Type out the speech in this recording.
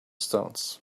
stones